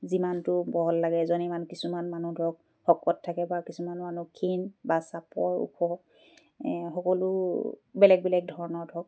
যিমানটো বহল লাগে এজনী মানুহ কিছুমান মানুহ ধৰক শকত থাকে বা কিছুমান মানুহ ক্ষীণ বা চাপৰ ওখ সকলো বেলেগ বেলেগ ধৰণৰ ধৰক